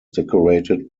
decorated